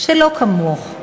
שלא כמוך,